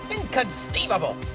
Inconceivable